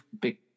big